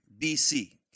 BC